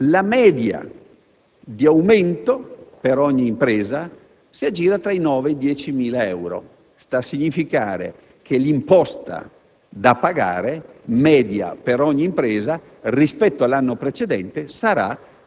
non sono 3 lire! La media di aumento per ogni impresa si aggira tra i 9 ed i 10.000 euro. Ciò sta a significare che l'imposta